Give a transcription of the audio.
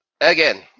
again